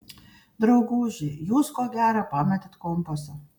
drauguži jūs ko gera pametėt kompasą